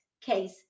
case